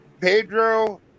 Pedro